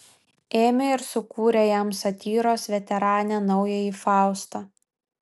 ėmė ir sukūrė jam satyros veteranė naująjį faustą